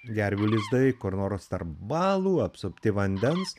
gervių lizdai kur nors tarp balų apsupti vandens